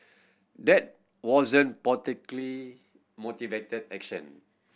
that wasn't motivated action